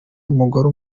umugore